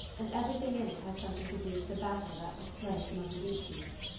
and everything in it has something to do with the battle that took place among the wheat-fields.